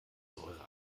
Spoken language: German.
säure